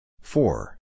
Four